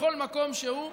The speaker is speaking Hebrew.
בכל מקום שהוא,